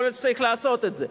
יכול להיות שצריך לעשות את זה.